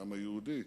לעם היהודי,